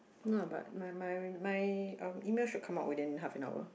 no but my my my um email should come out within half an hour